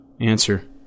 Answer